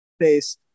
face